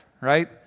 right